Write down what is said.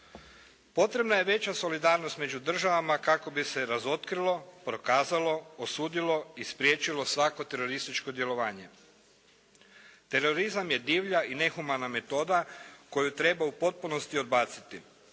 je veća solidarnost među državama kako bi se razotkrilo, prokazalo, osudilo i spriječilo svako terorističko djelovanje. Terorizam je divlja i nehumana metoda koju treba u potpunosti odbaciti.